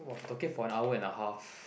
[wah] we talking for an hour and a half